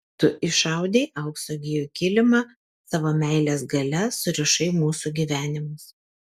tu išaudei aukso gijų kilimą savo meilės galia surišai mūsų gyvenimus